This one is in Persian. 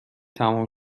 تمام